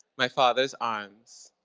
my father's arms,